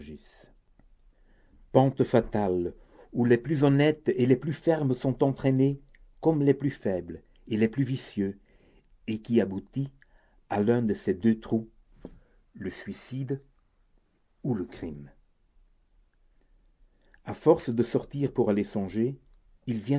pente fatale où les plus honnêtes et les plus fermes sont entraînés comme les plus faibles et les plus vicieux et qui aboutit à l'un de ces deux trous le suicide ou le crime à force de sortir pour aller songer il